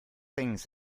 things